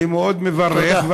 אני מאוד מברך,